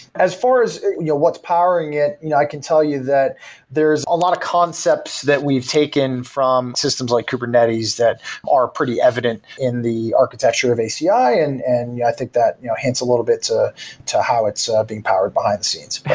as far as you know what's powering it, yeah i can tell you that there's a lot of concepts that we've taken from systems like kubernetes that are pretty evident in the architecture of aci and i and and yeah think that you know enhance a little bit to to how it's being powered behind the scenes.